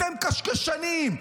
אתם קשקשנים.